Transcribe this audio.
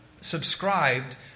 subscribed